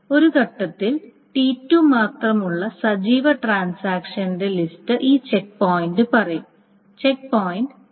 ഈ ഘട്ടത്തിൽ T2 മാത്രമുള്ള സജീവ ട്രാൻസാക്ഷന്റെ ലിസ്റ്റ് ഈ ചെക്ക് പോയിന്റ് പറയും ചെക്ക് പോയിന്റ് T